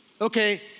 Okay